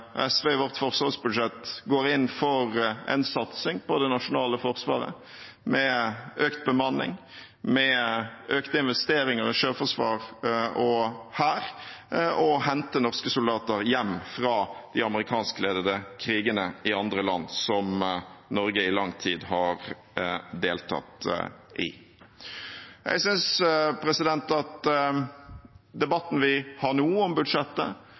SV i sitt forsvarsbudsjett går inn for en satsing på det nasjonale forsvaret, med økt bemanning, med økte investeringer i sjøforsvar og hær og å hente norske soldater hjem fra de amerikanskledete krigene i andre land, som Norge i lang tid har deltatt i. Jeg synes at debatten vi har nå om budsjettet,